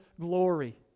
glory